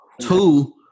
two